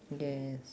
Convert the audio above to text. yes